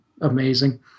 amazing